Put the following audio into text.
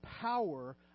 power